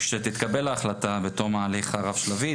כשתתקבל ההחלטה בתום ההליך הרב שלבי,